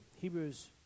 Hebrews